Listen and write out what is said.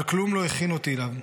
/ אבל כלום לא הכין אותי אליו.